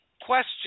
question